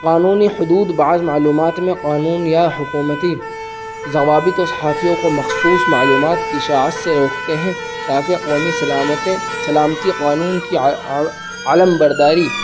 قانونی حدود بعض معلومات میں قانون یا حکومتی ضوابط صحافیوں کو مخصوص معلومات کی اشاعت سے روکتے ہیں تاکہ قومی سلامتی سلامتی قانون کی علمبرداری